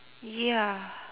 ya